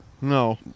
No